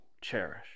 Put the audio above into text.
cherish